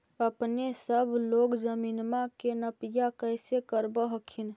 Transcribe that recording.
अपने सब लोग जमीनमा के नपीया कैसे करब हखिन?